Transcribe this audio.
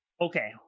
okay